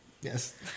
yes